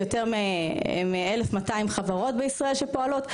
יותר מ-1,200 חברות בישראל שפועלות,